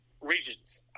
regions